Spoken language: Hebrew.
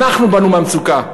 אנחנו באנו מהמצוקה.